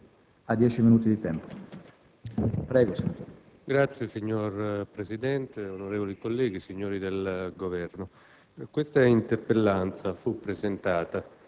*(FI)*. Signor Presidente, onorevoli colleghi, signori del Governo, questa interpellanza fu presentata